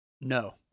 No